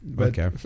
okay